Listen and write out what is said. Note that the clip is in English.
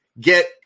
get